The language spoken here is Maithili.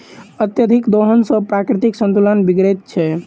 अत्यधिक दोहन सॅ प्राकृतिक संतुलन बिगड़ैत छै